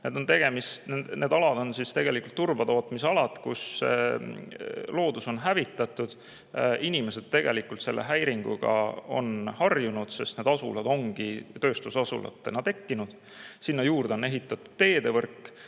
Need alad on tegelikult turbatootmisalad, kus loodus on hävitatud. Inimesed on selle häiringuga harjunud, sest need asulad ongi tööstusasulatena tekkinud. Sinna juurde on ehitatud teedevõrk.